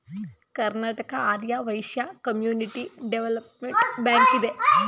Karnataka Arya Vaishya community development bank ಇದೆ